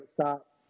stop